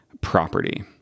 property